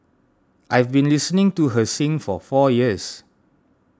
I've been listening to her sing for four years